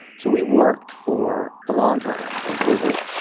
so we worked for a long time. we'd visit.